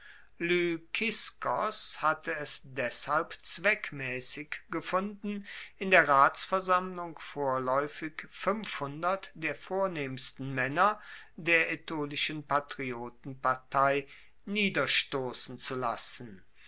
lykiskos hatte es deshalb zweckmaessig gefunden in der ratsversammlung vorlaeufig der vornehmsten maenner der aetolischen patriotenpartei niederstossen zu lassen